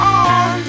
on